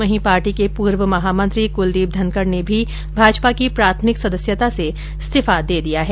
वहीं पार्टी के पूर्व महामंत्री कुलदीप धनकड़ ने भी भाजपा की प्राथमिक सदस्यता से इस्तीफा दे दिया है